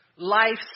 life